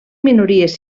minories